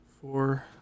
four